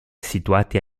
situati